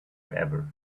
forever